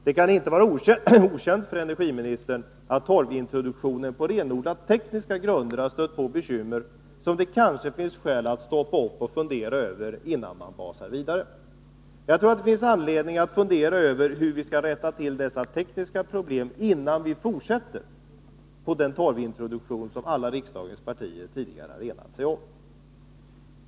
Det kan inte vara okänt för energiministern att torvintroduktionen på renodlat tekniska grunder har stött på bekymmer som det kanske finns skäl att stoppa upp och fundera över innan man basar vidare. Jag tror att det finns anledning att överväga hur vi skall rätta till dessa tekniska problem innan vi fortsätter på den torvintroduktion som alla riksdagens partier tidigare har enat sig om.